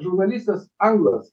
žurnalistas anglas